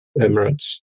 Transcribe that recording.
Emirates